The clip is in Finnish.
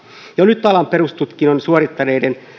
jo nyt alan perustutkinnon suorittaneiden